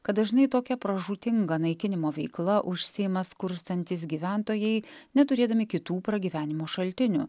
kad dažnai tokia pražūtinga naikinimo veikla užsiima skurstantys gyventojai neturėdami kitų pragyvenimo šaltinių